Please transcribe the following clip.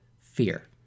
fear